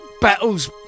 battles